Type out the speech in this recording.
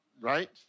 Right